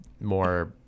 More